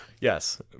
Yes